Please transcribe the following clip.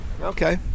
Okay